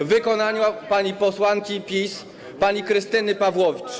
w wykonaniu posłanki PiS pani Krystyny Pawłowicz.